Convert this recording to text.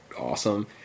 awesome